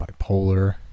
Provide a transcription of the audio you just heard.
bipolar